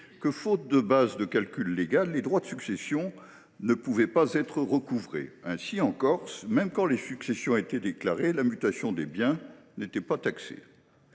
que, faute de base légale de calcul, les droits de succession ne pouvaient pas être recouvrés. Dès lors, en Corse, même quand les successions étaient déclarées, la mutation des biens n’était pas taxée.